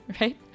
right